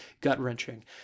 gut-wrenching